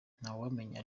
ntawamenya